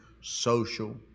social